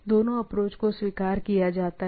दोनों अप्रोच को स्वीकार किया जाता है